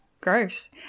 gross